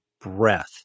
breath